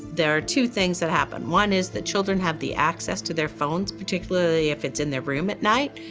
there are two things that happen. one is the children have the access to their phones, particularly if it's in their room at night,